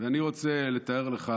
ואני רוצה לתאר לך,